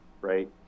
right